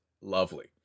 lovely